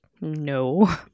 No